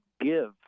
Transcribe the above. give